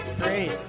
Great